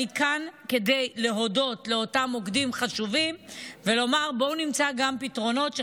אני כאן כדי להודות לאותם מוקדים חשובים ולומר: בוא נמצא גם פתרונות,